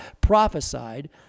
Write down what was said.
prophesied